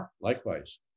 likewise